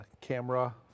camera